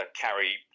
carry